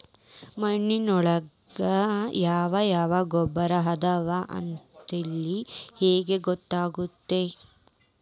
ಮಣ್ಣಿನೊಳಗೆ ಯಾವ ಯಾವ ಗೊಬ್ಬರ ಅದಾವ ಅಂತೇಳಿ ಹೆಂಗ್ ಗೊತ್ತಾಗುತ್ತೆ?